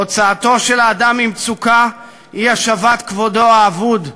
הוצאתו של האדם ממצוקה היא השבת כבודו האבוד",